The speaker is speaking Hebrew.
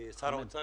שר האוצר,